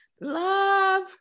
love